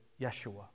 Yeshua